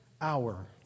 hour